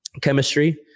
chemistry